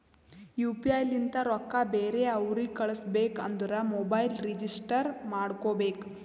you P I ಲಿಂತ ರೊಕ್ಕಾ ಬೇರೆ ಅವ್ರಿಗ ಕಳುಸ್ಬೇಕ್ ಅಂದುರ್ ಮೊಬೈಲ್ ರಿಜಿಸ್ಟರ್ ಮಾಡ್ಕೋಬೇಕ್